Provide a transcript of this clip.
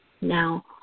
Now